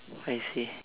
what I say